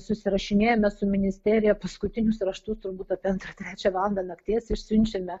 susirašinėjame su ministerija paskutinius raštus turbūt apie antrą trečią valandą nakties išsiunčiame